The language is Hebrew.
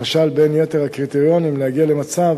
למשל, בין יתר הקריטריונים, להגיע למצב